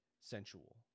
sensual